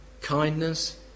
kindness